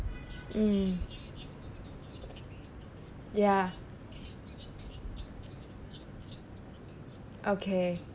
mm ya okay